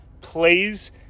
please